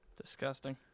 Disgusting